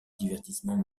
divertissement